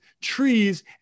trees